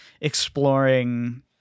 exploring